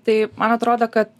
tai man atrodo kad